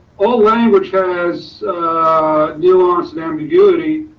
all language has a nuance and ambiguity